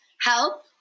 help